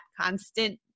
constant